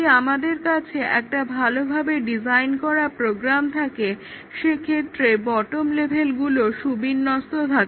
যদি আমাদের কাছে একটা ভালোভাবে ডিজাইন করা প্রোগ্রাম থাকে সেক্ষেত্রে বটম লেভেলগুলো সুবিন্যস্ত থাকে